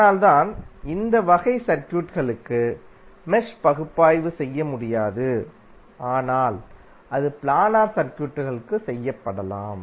அதனால்தான் இந்த வகை சர்க்யூட்களுக்கு மெஷ் பகுப்பாய்வு செய்ய முடியாது ஆனால் அது பிளானர் சர்க்யூட்களுக்கு செய்யப்படலாம்